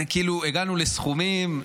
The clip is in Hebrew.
זה כאילו הגענו לסכומים,